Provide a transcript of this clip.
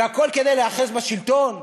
והכול כדי להיאחז בשלטון?